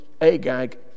Agag